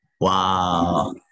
Wow